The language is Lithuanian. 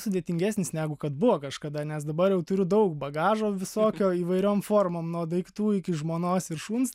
sudėtingesnis negu kad buvo kažkada nes dabar jau turiu daug bagažo visokio įvairiom formom nuo daiktų iki žmonos ir šuns